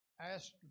asked